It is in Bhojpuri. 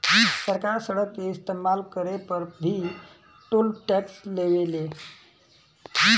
सरकार सड़क के इस्तमाल करे पर भी टोल टैक्स लेवे ले